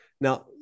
Now